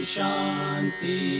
Shanti